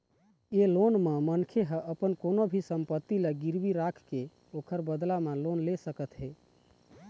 ए loan म मनखे ह अपन कोनो भी संपत्ति ल गिरवी राखके ओखर बदला म लोन ले सकत हे